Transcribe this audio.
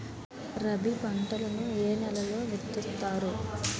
రబీ పంటలను ఏ నెలలో విత్తుతారు?